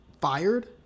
fired